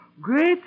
Great